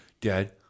dad